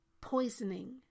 poisoning